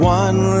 one